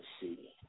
see